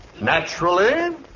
Naturally